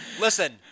Listen